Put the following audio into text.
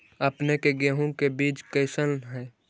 अपने के गेहूं के बीज कैसन है?